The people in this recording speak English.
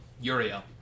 Uriel